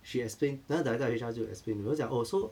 she explained 那个 director of H_R 就 explain 你们讲 orh so